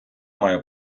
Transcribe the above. має